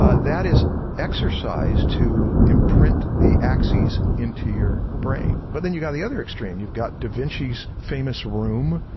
ah that is exercise to imprint the axis into your brain. but then you got the other extreme, you've got da vinci's famous room, ah,